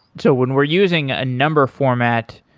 so when we're using a number format,